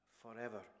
forever